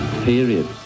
Period